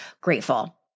grateful